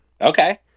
okay